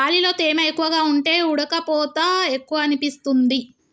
గాలిలో తేమ ఎక్కువగా ఉంటే ఉడుకపోత ఎక్కువనిపిస్తుంది